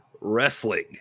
wrestling